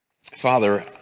Father